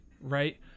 right